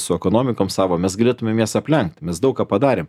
su ekonomikom savo mes galėtumėm jas aplenkt mes daug ką padarėm